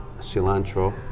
cilantro